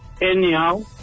anyhow